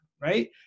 right